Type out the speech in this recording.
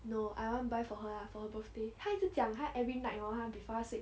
no I want buy for her ah for her birthday 她一直讲她 every night hor before 她 sleep